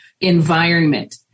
environment